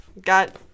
Got –